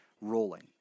rolling